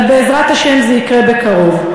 אבל בעזרת השם זה יקרה בקרוב.